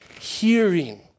hearing